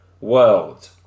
world